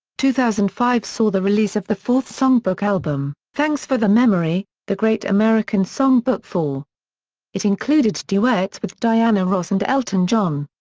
two thousand and five saw the release of the fourth songbook album, thanks for the memory the great american songbook four it included duets with diana ross and elton john.